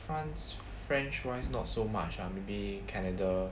france french wise not so much ah maybe canada